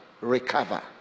recover